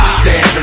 stand